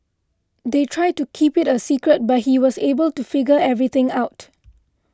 they tried to keep it a secret but he was able to figure everything out